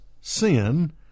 sin